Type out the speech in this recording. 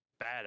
badass